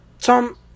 Tom